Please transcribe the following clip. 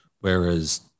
Whereas